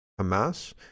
Hamas